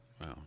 Wow